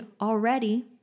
already